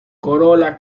corola